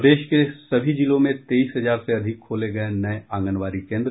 प्रदेश के सभी जिलों में तेईस हजार से अधिक खोले गये नये आंगनबाड़ी केन्द्र